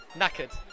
Knackered